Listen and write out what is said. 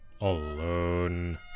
alone